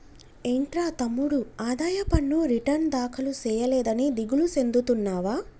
ఏంట్రా తమ్ముడు ఆదాయ పన్ను రిటర్న్ దాఖలు సేయలేదని దిగులు సెందుతున్నావా